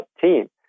team